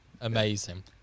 Amazing